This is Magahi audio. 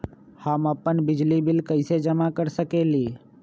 हम अपन बिजली बिल कैसे जमा कर सकेली?